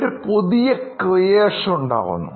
ഒരു പുതിയ Creationഉണ്ടാവുന്നു